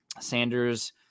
Sanders